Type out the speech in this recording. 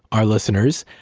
our listeners,